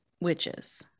witches